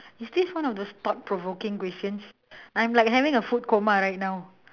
is this one of those thought provoking questions I'm like having a food coma right now